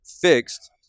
fixed